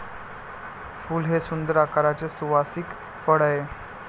फूल हे सुंदर आकाराचे सुवासिक फळ आहे